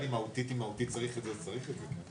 זה מהותי, אם צריך את זה אז צריך את זה.